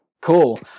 Cool